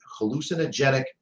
hallucinogenic